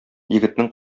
егетнең